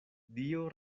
dio